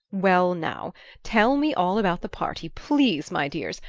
well, now tell me all about the party, please, my dears,